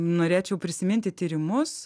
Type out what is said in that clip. norėčiau prisiminti tyrimus